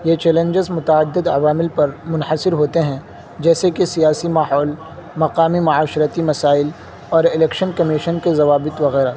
یہ چیلنجز متعدد عوامل پر منحصر ہوتے ہیں جیسے کہ سیاسی ماحول مقامی معاشرتی مسائل اور الیکشن کمیشن کے ضوابط وغیرہ